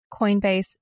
Coinbase